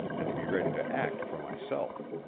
and be ready to act for myself.